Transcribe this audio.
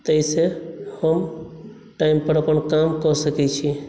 ताहि शसॅं हम टाइम पर अपन काम कऽ सकै छी